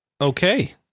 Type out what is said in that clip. Okay